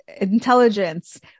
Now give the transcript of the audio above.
intelligence